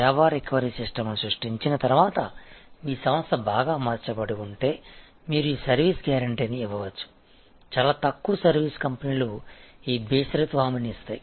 సేవ రికవరీ సిస్టమ్ను సృష్టించిన తర్వాత మీ సంస్థ బాగా అమర్చబడి ఉంటే మీరు ఈ సర్వీస్ గ్యారెంటీని ఇవ్వవచ్చు చాలా తక్కువ సర్వీస్ కంపెనీలు ఈ బేషరతు హామీని ఇస్తాయి